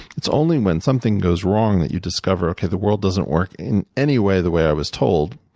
it's only when something goes wrong that you discover, okay, the world doesn't work in any way the way i was told.